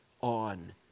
on